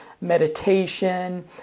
meditation